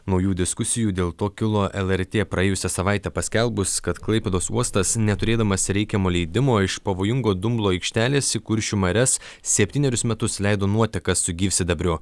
naujų diskusijų dėl to kilo lrt praėjusią savaitę paskelbus kad klaipėdos uostas neturėdamas reikiamo leidimo iš pavojingo dumblo aikštelės į kuršių marias septynerius metus leido nuotekas su gyvsidabriu